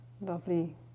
lovely